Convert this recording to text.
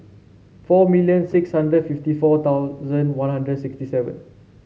four million six hundred fifty four thousand One Hundred sixty seven